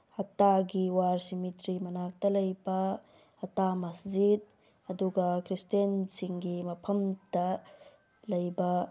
ꯍꯠꯇꯥꯒꯤ ꯋꯥꯔ ꯁꯤꯝꯃꯤꯇ꯭ꯔꯤ ꯃꯅꯥꯛꯇ ꯂꯩꯕ ꯍꯠꯇꯥ ꯃꯁꯇꯖꯤꯠ ꯑꯗꯨꯒ ꯈ꯭ꯔꯤꯁꯇꯦꯟꯁꯤꯡꯒꯤ ꯃꯐꯝꯗ ꯂꯩꯕ